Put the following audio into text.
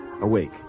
awake